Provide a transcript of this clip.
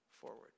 forward